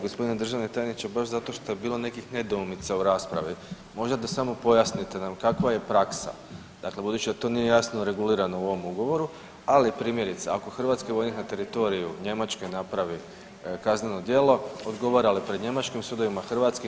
Gospodine državni tajniče baš zato što je bilo nekih nedoumica u raspravi, možda da samo pojasnite nam kakva je praksa dakale budući da to nije jasno regulirano u ovom ugovoru, ali primjerice ako hrvatski vojnik na teritoriju Njemačke napravi kazneno djelo odgovara li pred njemačkim sudovima, hrvatskim?